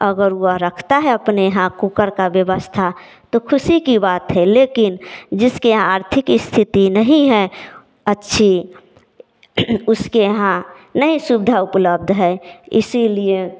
अगर वह रखता है अपने यहाँ कुकर का व्यवस्था तो खुशी कि बात है लेकिन जिसके यहाँ आर्थिक स्थिति नहीं है अच्छी उसके यहाँ नहीं सुविधा उपलब्ध है इसीलिए